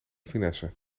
finesse